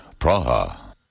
Praha